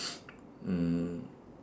mm